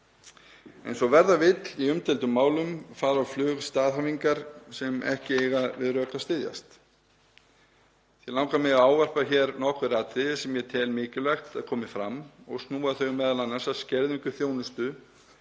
Eins og verða vill í umdeildum málum fara á flug staðhæfingar sem ekki eiga við rök að styðjast. Því langar mig að ávarpa hér nokkur atriði sem ég tel mikilvægt að komi fram og snúa þau m.a. að skerðingu á þjónustu